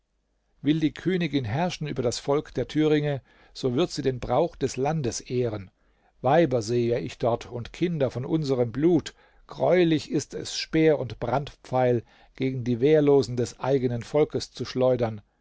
will die königin herrschen über das volk der thüringe so wird sie den brauch des landes ehren weiber sehe ich dort und kinder von unserem blut greulich ist es speer und brandpfeil gegen die wehrlosen des eigenen volkes zu schleudern